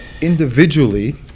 individually